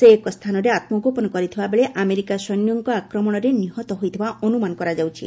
ସେ ଏକ ସ୍ଥାନରେ ଆତ୍କଗୋପନ କରିଥିବାବେଳେ ଆମେରିକା ସୈନ୍ୟଙ୍କ ଆକ୍ରମଣରେ ନିହତ ହୋଇଥିବା ଅନୁମାନ କରାଯାଉଛି